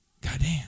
Goddamn